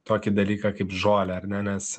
tokį dalyką kaip žolę ar ne nes